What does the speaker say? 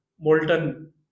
molten